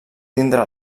tindre